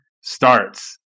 starts